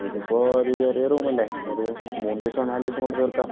ഇതിപ്പോൾ ഒരു ചെറിയ റൂമല്ലേ ഒരു മൂന്നു ദിവസം നാലുദിവസം കൊണ്ടു തീർക്കാം